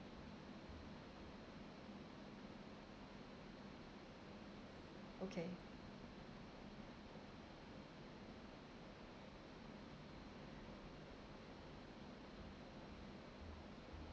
okay